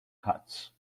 cuts